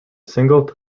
single